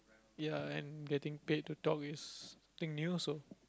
ya and getting paid to talk is think new so